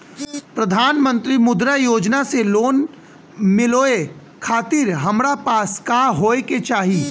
प्रधानमंत्री मुद्रा योजना से लोन मिलोए खातिर हमरा पास का होए के चाही?